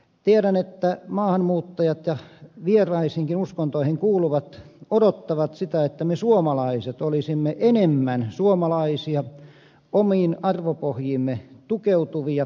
tiedän että maahanmuuttajat ja vieraisiinkin uskontoihin kuuluvat odottavat sitä että me suomalaiset olisimme enemmän suomalaisia omiin arvopohjiimme tukeutuvia